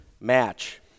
match